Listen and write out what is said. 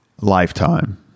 lifetime